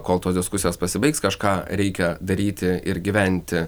kol tos diskusijos pasibaigs kažką reikia daryti ir gyventi